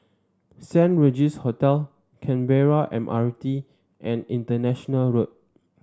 Saint Regis Hotel Canberra M R T and International Road